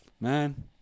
man